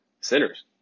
Sinners